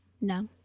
No